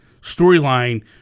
Storyline